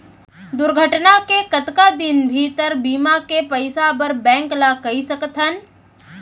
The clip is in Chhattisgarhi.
दुर्घटना के कतका दिन भीतर बीमा के पइसा बर बैंक ल कई सकथन?